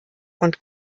und